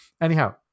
Anyhow